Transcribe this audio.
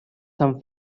some